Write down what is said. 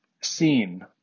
seen